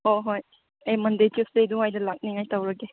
ꯑꯣ ꯍꯣꯏ ꯑꯩ ꯃꯟꯗꯦ ꯇ꯭ꯋꯤꯁꯗꯦ ꯑꯗꯨꯋꯥꯏꯗ ꯂꯥꯛꯅꯤꯡꯉꯥꯏ ꯇꯔꯒꯦ